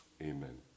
Amen